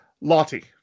lottie